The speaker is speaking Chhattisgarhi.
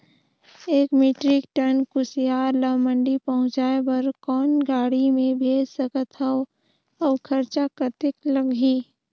एक मीट्रिक टन कुसियार ल मंडी पहुंचाय बर कौन गाड़ी मे भेज सकत हव अउ खरचा कतेक लगही?